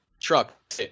truck